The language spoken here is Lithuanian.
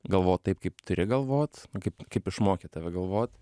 galvot taip kaip turi galvot na kaip kaip išmokė tave galvot